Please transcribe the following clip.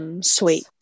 Sweet